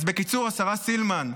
אז בקיצור, השרה סילמן,